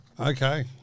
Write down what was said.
Okay